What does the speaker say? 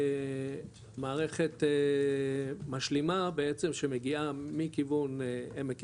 ומערכת משלימה בעצם, שמגיעה מכיוון עמק יזרעאל,